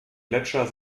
gletscher